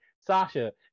Sasha